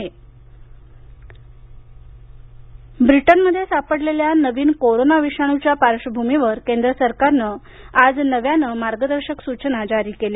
मार्गदर्शक तत्व ब्रिटनमध्ये सापडलेल्या नवीन कोरोना विषाणूच्या पार्श्वभूमीवर केंद्र सरकारनं आज नव्यानं मार्गदर्शक सूचना जारी केल्या